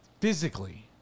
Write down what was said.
physically